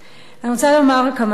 אני רוצה לומר כמה דברים.